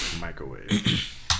Microwave